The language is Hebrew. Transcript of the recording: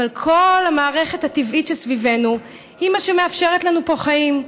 אבל כל המערכת הטבעית שסביבנו היא מה שמאפשר לנו פה חיים.